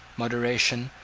moderation,